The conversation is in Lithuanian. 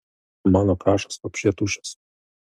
mano kašas vapše tuščias